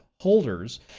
holders